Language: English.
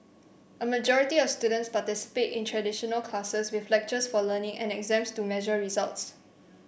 a majority of students participate in traditional classes with lectures for learning and exams to measure results